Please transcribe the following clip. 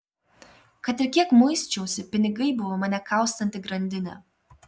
kad ir kiek muisčiausi pinigai buvo mane kaustanti grandinė